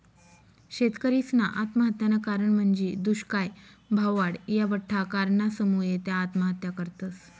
शेतकरीसना आत्महत्यानं कारण म्हंजी दुष्काय, भाववाढ, या बठ्ठा कारणसमुये त्या आत्महत्या करतस